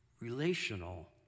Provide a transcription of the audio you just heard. relational